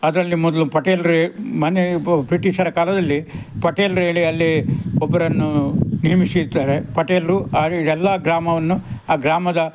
ಅದರಲ್ಲಿ ಮೊದಲು ಪಟೇಲರೇ ಮನೆ ಬ್ ಬ್ರಿಟೀಷರ ಕಾಲದಲ್ಲಿ ಪಟೇಲ್ರು ಹೇಳಿ ಅಲ್ಲಿ ಒಬ್ಬರನ್ನು ನೇಮಿಸಿರ್ತಾರೆ ಪಟೇಲರು ಆಗ ಇದೆಲ್ಲ ಗ್ರಾಮವನ್ನು ಆ ಗ್ರಾಮದ